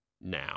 Now